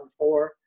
2004